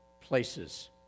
places